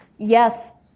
Yes